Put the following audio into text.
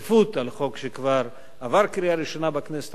חוק שכבר עבר בקריאה ראשונה בכנסת הקודמת.